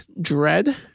dread